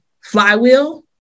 flywheel